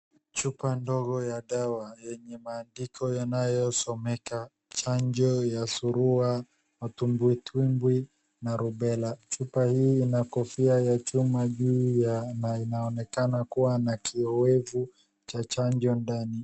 Chupa ndogo ya dawa yenye maandiko yanayosomeka na chanjo ya surua na tumbwi tumbwi na rubella, chupa hii ina kofia ya chuma juu ya na inaonekana kuwa na kiyowevu cha chanjo ndani.